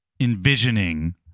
envisioning